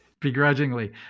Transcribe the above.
Begrudgingly